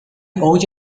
اوج